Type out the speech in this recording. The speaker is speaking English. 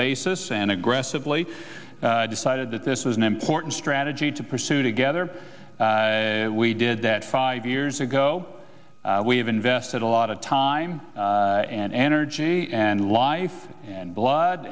basis and aggressively decided that this is an important strategy to pursue together and we did that five years ago we have invested a lot of time and energy and life and blood